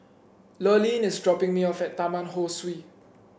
Lurline is dropping me off at Taman Ho Swee